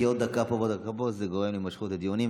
כי עוד דקה פה ועוד דקה פה זה גורם להימשכות הדיונים.